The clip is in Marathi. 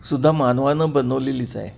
सुद्धा मानवानं बनवलेलीच आहे